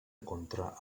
contra